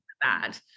bad